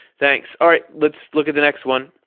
thanks. all right. let's look at the next one.